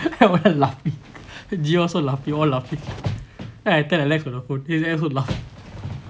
then I went laughing d~ I also laughing all laughing then I turned and left with the phone also laugh